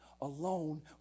alone